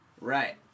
Right